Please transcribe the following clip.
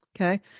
Okay